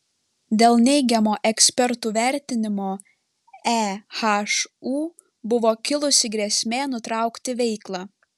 dėl neigiamo ekspertų vertinimo ehu buvo kilusi grėsmė nutraukti veiklą